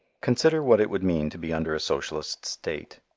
consider what it would mean to be under a socialist state.